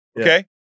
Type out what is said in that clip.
okay